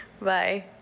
Bye